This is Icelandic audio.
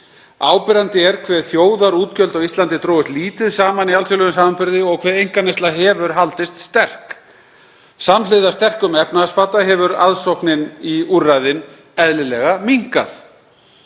Áberandi er hve þjóðarútgjöld á Íslandi drógust lítið saman í alþjóðlegum samanburði og hve einkaneysla hefur haldist sterk. Samhliða sterkum efnahagsbata hefur aðsóknin í úrræðin eðlilega minnkað.